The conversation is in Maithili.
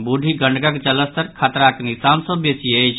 बूढ़ी गंडकक जलस्तर खतराक निशान सँ बेसी अछि